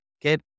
get